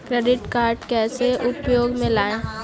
Credit card कैसे उपयोग में लाएँ?